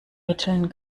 mitteln